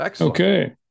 Okay